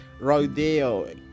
rodeo